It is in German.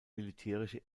militärische